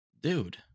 dude